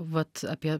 vat apie